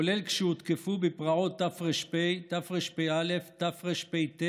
כולל כשהותקפו בפרעות תר"פ, תרפ"א, תרפ"ט,